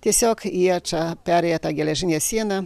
tiesiog jie čia perėję tą geležinę sieną